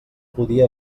podia